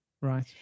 Right